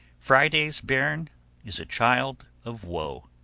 friday's bairn is a child of woe,